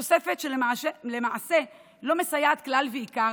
זו תוספת שלמעשה לא מסייעת כלל ועיקר,